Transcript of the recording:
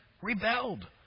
rebelled